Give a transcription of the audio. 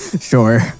Sure